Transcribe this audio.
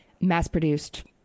mass-produced